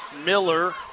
Miller